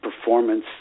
performance